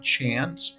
chance